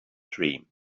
dream